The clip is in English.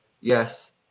Yes